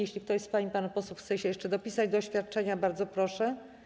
Jeśli ktoś z pań i panów posłów chce się jeszcze dopisać do wygłoszenia oświadczenia, bardzo proszę.